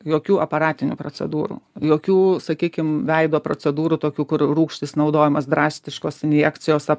jokių aparatinių procedūrų jokių sakykime veido procedūrų tokių kur rūgštys naudojamas drastiškos injekcijos